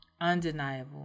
undeniable